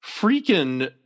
freaking